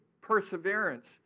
perseverance